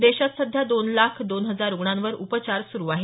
देशात सध्या दोन लाख दोन हजार रुग्णांवर उपचार सुरु आहेत